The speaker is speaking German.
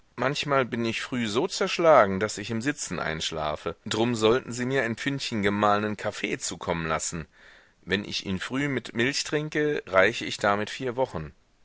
manchmal bin ich früh so zerschlagen daß ich im sitzen einschlafe drum sollten sie mir ein pfündchen gemahlenen kaffee zukommen lassen wenn ich ihn früh mit milch trinke reiche ich damit vier wochen